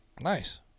Nice